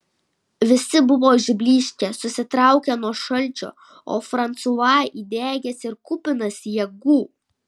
visi buvo išblyškę susitraukę nuo šalčio o fransua įdegęs ir kupinas jėgų